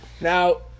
Now